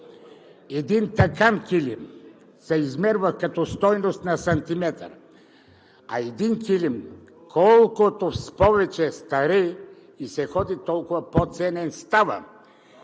Един тъкан килим се измерва като стойност на сантиметър, а един килим, колкото повече старее и се ходи, толкова по-ценен става.